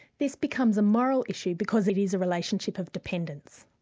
this becomes a moral issue, because it is a relationship of dependence,